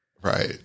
Right